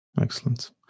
Excellent